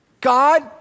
God